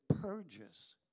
purges